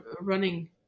running